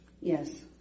Yes